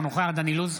אינו נוכח דן אילוז,